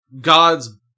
God's